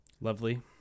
Lovely